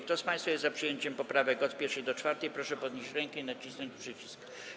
Kto z państwa jest za przyjęciem poprawek od 1. do 4., proszę podnieść rękę i nacisnąć przycisk.